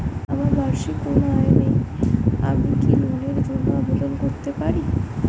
আমার বার্ষিক কোন আয় নেই আমি কি লোনের জন্য আবেদন করতে পারি?